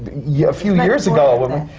yeah a few years ago when we